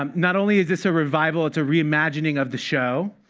um not only is this a revival, it's a re-imagining of the show.